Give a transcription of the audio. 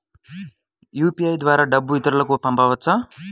UPI ద్వారా డబ్బు ఇతరులకు పంపవచ్చ?